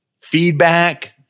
Feedback